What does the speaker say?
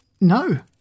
No